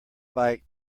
bike